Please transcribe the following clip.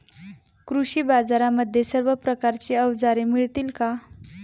कृषी बाजारांमध्ये सर्व प्रकारची अवजारे मिळतील का?